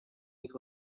ich